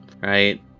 right